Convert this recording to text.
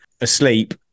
asleep